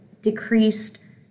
decreased